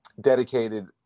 dedicated